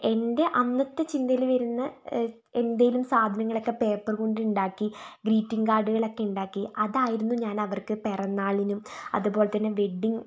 എൻ്റെ അന്നത്തെ ചിന്തയിൽ വരുന്ന എന്തെങ്കിലും സാധനങ്ങളൊക്കെ പേപ്പർകൊണ്ട് ഉണ്ടാക്കി ഗ്രീറ്റിംഗ് കാർഡുകളൊക്കെ ഉണ്ടാക്കി അതായിരുന്നു ഞാൻ അവർക്ക് പിറന്നാളിനും അതുപോലെത്തന്നെ വെഡ്ഡിംഗ്